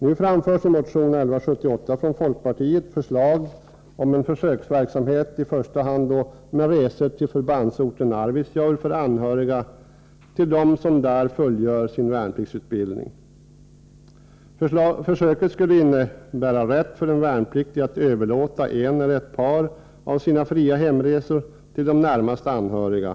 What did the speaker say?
Nu framförs i motion 1178 från folkpartiet förslag om en försöksverksamhet med i första hand resor till förbandsorten Arvidsjaur för anhöriga till dem som där fullgör sin värnpliktsutbildning. Försöket skulle innebära rätt för den värnpliktige att överlåta en eller ett par av sina fria hemresor till de närmast anhöriga.